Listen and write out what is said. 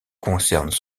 concerne